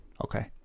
Okay